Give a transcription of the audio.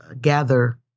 gather